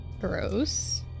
Gross